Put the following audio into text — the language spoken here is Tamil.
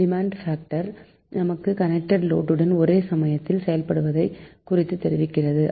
டிமாண்ட் பாக்டர் நமக்கு கனெக்டட் லோடு ன் ஒரே சமயத்தில் செயல்படுபவைகளை குறித்து தெரிவிக்கிறது